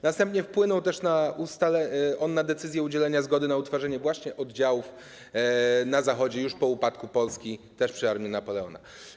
Następnie wpłynął też on na decyzję udzielenia zgody na utworzenie oddziałów na Zachodzie już po upadku Polski, też przy armii Napoleona.